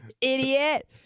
Idiot